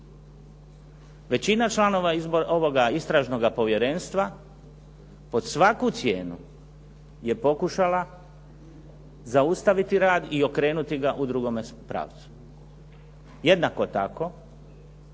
Većina članova ovoga Istražnoga povjerenstva pod svaku cijenu je pokušala zaustaviti rad i okrenuti ga u drugome pravcu. Jednako tako